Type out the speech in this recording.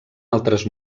altres